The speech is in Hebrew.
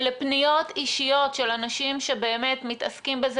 אלה פניות אישיות של אנשים שמתעסקים בזה